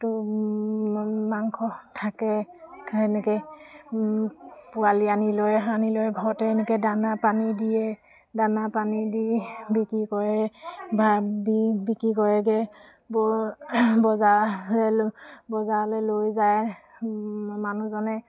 টো মাংস থাকে এনেকৈ পোৱালি আনি লৈ আনি লৈ ঘৰতে এনেকৈ দানা পানী দিয়ে দানা পানী দি বিক্ৰী কৰে বা বিক্ৰী কৰেগৈ বজাৰলৈ বজাৰলৈ লৈ যায় মানুহজনে